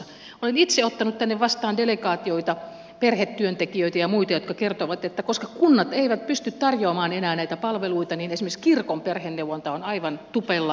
olen itse ottanut tänne vastaan delegaatioita perhetyöntekijöitä ja muita jotka kertovat että koska kunnat eivät pysty tarjoamaan enää näitä palveluita niin esimerkiksi kirkon perheneuvonta on aivan tupella